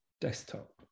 desktop